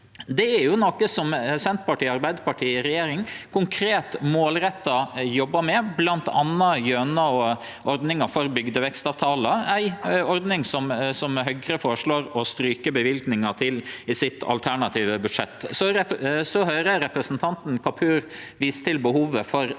Det er noko som Senterpartiet og Arbeidarpartiet i regjering jobbar konkret og målretta med, bl.a. gjennom ordninga for bygdevekstavtalar, ei ordning som Høgre føreslår å stryke løyvinga til i sitt alternative budsjett. Eg høyrer representanten Kapur viser til behovet for